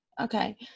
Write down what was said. okay